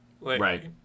Right